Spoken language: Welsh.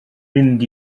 mynd